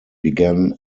began